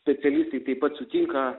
specialistai taip pat sutinka